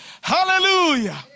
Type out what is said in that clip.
hallelujah